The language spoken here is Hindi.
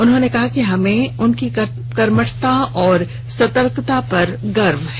उन्होंने कहा कि हमें उनकी कर्मठता और सतर्कता पर गर्व है